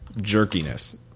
jerkiness